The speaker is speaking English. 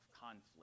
conflict